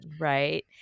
right